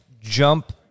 jump